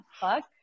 fuck